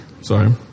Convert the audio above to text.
Sorry